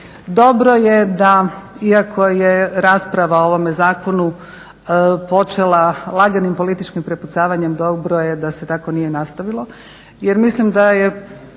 Dobro je da iako je rasprava o ovome zakonu počela laganim političkim prepucavanjem dobro je da se tako nije nastavilo jer mislim da je